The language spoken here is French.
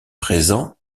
présent